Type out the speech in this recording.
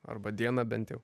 arba dieną bent jau